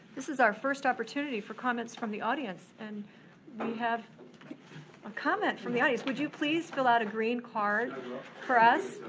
this is our first opportunity for comments from the audience. and we have a comment from the audience. would you please fill out a green card for us?